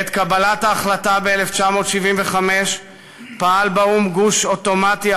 בעת קבלת ההחלטה ב-1975 פעל באו"ם גוש אוטומטי,